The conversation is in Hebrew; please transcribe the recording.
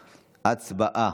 נתקבלה,